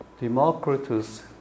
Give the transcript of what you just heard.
Democritus